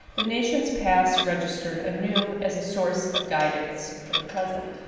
the nation's past registered anew as a source of guidance for the present.